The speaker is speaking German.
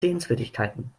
sehenswürdigkeiten